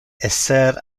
esser